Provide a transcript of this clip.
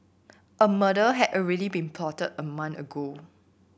a murder had already been plotted a month ago